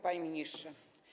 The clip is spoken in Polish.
Panie Ministrze!